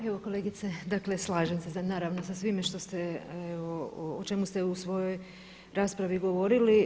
Evo kolegice, dakle slažem se naravno sa svime što ste, o čemu ste u svojoj raspravi govorili.